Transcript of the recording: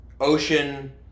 ocean